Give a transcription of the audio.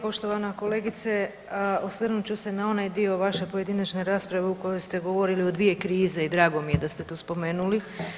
Poštovana kolegice osvrnut ću se na onaj dio vaše pojedinačne rasprave u kojoj ste govorili o dvije krize i drago m i je da ste to spomenuli.